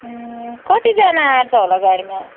कतिजना अट्छ होला गाडीमा